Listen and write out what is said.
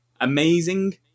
amazing